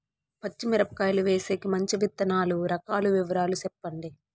పచ్చి మిరపకాయలు వేసేకి మంచి విత్తనాలు రకాల వివరాలు చెప్పండి?